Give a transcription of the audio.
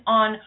on